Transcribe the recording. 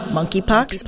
Monkeypox